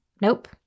Nope